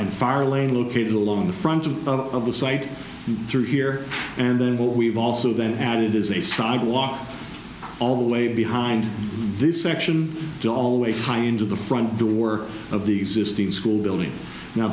and fire lane located along the front of the site through here and then what we've also then added is a sidewalk all the way behind the section to always high into the front door of the existing school building now